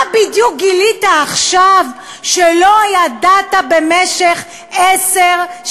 מה בדיוק גילית עכשיו שלא ידעת במשך עשר,